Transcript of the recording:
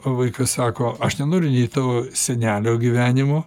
o vaikas sako aš nenoriu nei tavo senelio gyvenimo